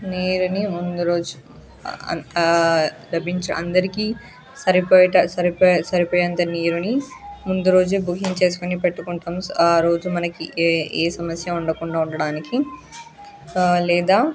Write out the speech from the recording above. నీరుని ముందు రోజు లభించు అందరికీ సరిపొయట సరిపోయే సరిపోయేంత నీరుని ముందు రోజే బుకింగ్ చేసుకోని పెట్టుకుంటాం సో ఆ రోజు మనకి ఏ ఏ సమస్య ఉండకుండా ఉండడానికి లేదా